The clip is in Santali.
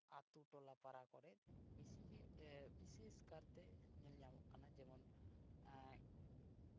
ᱟᱛᱳ ᱴᱚᱞᱟ ᱯᱟᱲᱟ ᱠᱚᱨᱮ ᱵᱮᱥᱤᱜᱮ ᱵᱤᱥᱮᱥ ᱠᱟᱨᱛᱮ ᱧᱮᱞ ᱧᱟᱢᱚᱜ ᱠᱟᱱᱟ ᱡᱮᱢᱚᱱ